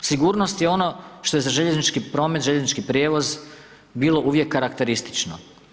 Sigurnost je ono što je za željeznički promet, željeznički prijevoz bilo uvijek karakteristično.